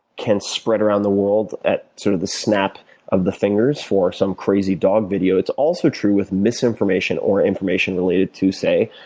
can spread around the world at sort of the snap of the fingers for some crazy dog video, it's also true with misinformation or information related to, say,